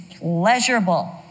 pleasurable